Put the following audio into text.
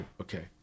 Okay